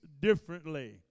differently